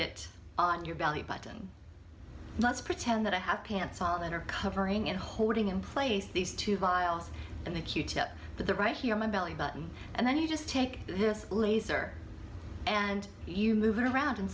it on your belly button let's pretend that i have pants on and are covering and holding in place these two vials in the q tip to the right here my belly button and then you just take this laser and you move around in